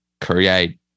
create